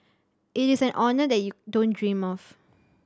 it is an honour that you don't dream of